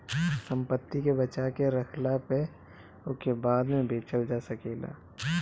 संपत्ति के बचा के रखला पअ ओके बाद में बेचल जा सकेला